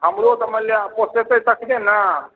हमरो तऽ मानि लिअ पोसेतै तखने ने